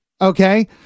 Okay